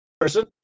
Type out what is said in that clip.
person